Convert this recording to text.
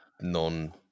non